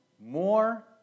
more